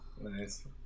Nice